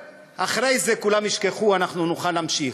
אחרי זה כולם ישכחו, אנחנו נוכל להמשיך.